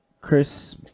Chris